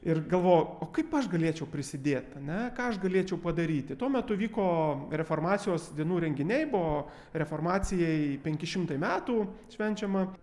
ir galvojau kaip aš galėčiau prisidėt ane ką aš galėčiau padaryti tuo metu vyko reformacijos dienų renginiai buvo reformacijai penki šimtai metų švenčiama